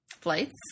flights